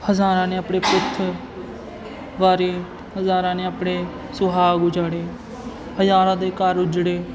ਹਜ਼ਾਰਾਂ ਨੇ ਆਪਣੇ ਪੁੱਤ ਵਾਰੇ ਹਜ਼ਾਰਾਂ ਨੇ ਆਪਣੇ ਸੁਹਾਗ ਉਜਾੜੇ ਹਜ਼ਾਰਾਂ ਦੇ ਘਰ ਉਜੜੇ